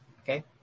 Okay